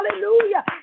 Hallelujah